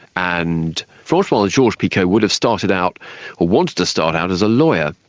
and francois georges-picot would have started out or wanted to start out as a lawyer.